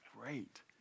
great